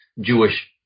Jewish